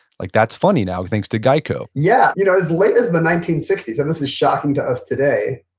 like that's funny now, and thanks to geico yeah. you know as late as the nineteen sixty s, and this is shocking to us today.